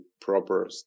proper